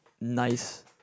nice